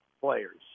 players